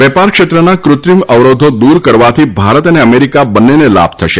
વેપાર ક્ષેત્રના ક્રત્રિમ અવરોધો દૂર કરવાથી ભારત અને અમેરિકા બંનેને લાભ થશે